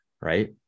right